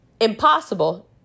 impossible